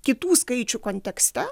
kitų skaičių kontekste